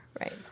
right